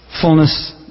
fullness